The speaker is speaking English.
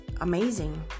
amazing